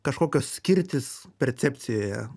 kažkokios skirtys percepcijoje